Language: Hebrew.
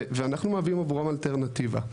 ואנחנו מהווים עבורם אלטרנטיבה.